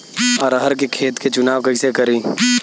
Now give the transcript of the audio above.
अरहर के खेत के चुनाव कईसे करी?